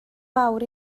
fawr